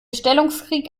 stellungskrieg